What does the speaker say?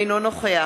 אינו נוכח